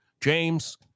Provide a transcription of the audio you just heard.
James